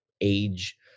age